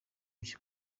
bye